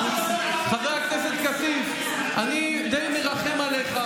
למה אתה הולך, חבר הכנסת כסיף, אני די מרחם עליך.